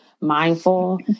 mindful